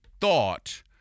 thought